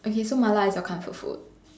okay so mala is your comfort food